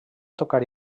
tocar